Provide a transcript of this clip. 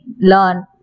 learn